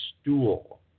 stool